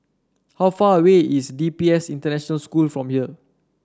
how far away is D P S International School from here